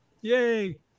yay